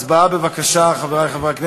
הצבעה, בבקשה, חברי חברי הכנסת.